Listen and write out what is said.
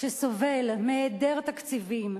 שסובל מהיעדר תקציבים,